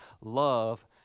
Love